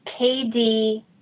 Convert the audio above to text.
kd